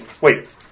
Wait